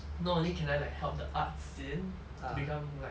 not only can I like help the art scene to become like